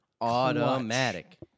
automatic